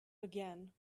again